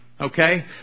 okay